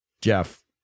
Jeff